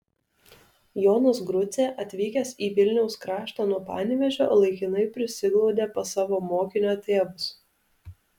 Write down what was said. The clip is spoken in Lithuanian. jonas grucė atvykęs į vilniaus kraštą nuo panevėžio laikinai prisiglaudė pas savo mokinio tėvus